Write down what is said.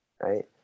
right